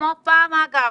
כמו פעם אגב,